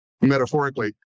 metaphorically